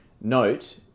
note